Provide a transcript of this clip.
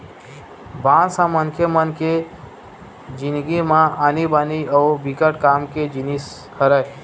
बांस ह मनखे मन के जिनगी म आनी बानी अउ बिकट काम के जिनिस हरय